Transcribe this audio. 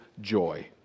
joy